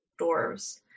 dwarves